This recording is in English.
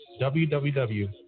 WWW